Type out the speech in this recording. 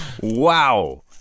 Wow